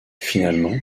finalement